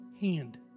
hand